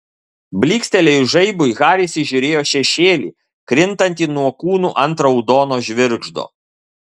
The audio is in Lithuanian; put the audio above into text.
blykstelėjus žaibui haris įžiūrėjo šešėlį krintantį nuo kūnų ant raudono žvirgždo